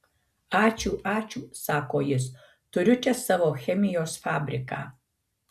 ačiū ačiū sako jis turiu čia savo chemijos fabriką